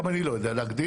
גם אני לא יודע להגדיר.